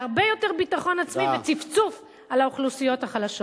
בהרבה יותר ביטחון עצמי וצפצוף על האוכלוסיות החלשות.